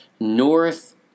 north